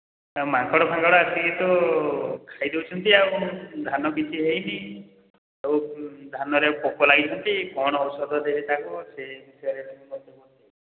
ମାଙ୍କଡ଼ ଫାଙ୍କଡ଼ ଆସିକି ତ ଖାଇ ଦେଉଛନ୍ତି ଆଉ ଧାନ କିଛି ହେଇନି ସବୁ ଧାନରେ ପୋକ ଲାଗିଛନ୍ତି କ'ଣ ଔଷଧ ଦେବି ତାକୁ ସେ ବିଷୟରେ ଟିକେ ମୋତେ ବତେଇ